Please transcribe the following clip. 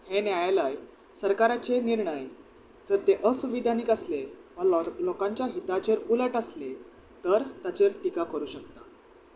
हें न्यायालय सरकाराचे निर्णय जर ते असंविधानीक आसले वा लोकांच्या हिताचेर उलट आसले तर ताचेर टिका करूं शकता